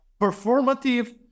performative